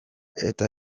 eta